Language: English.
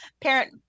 parent